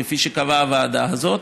כפי שקבעה הוועדה הזאת,